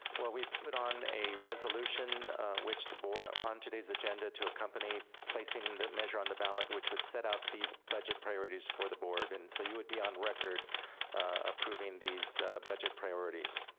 well, we put on a resolution which the board, on today's agenda, to accompany placing the measure on the ballot which would set out these budget priorities for the board. and so, you would be on record approving these budget priorities.